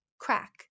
Crack